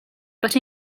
but